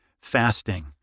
Fasting